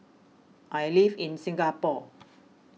I live in Singapore